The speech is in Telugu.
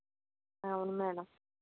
అవును మేడం